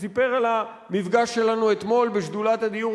כשסיפר על המפגש שלנו אתמול בשדולת הדיור